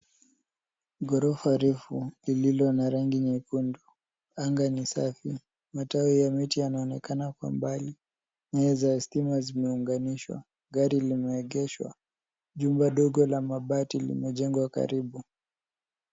Ghorofa refu ililo na rangi nyekundu. anga ni safi, matawi ya miti yanaonekana kwa mbali. Nyaya za stima zimeunganishwa. Gari limeegeshwa. Jumba ndogo la mabati limejengwa karibu.